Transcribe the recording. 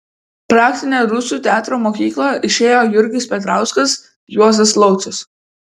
praktinę rusų teatro mokyklą išėjo jurgis petrauskas juozas laucius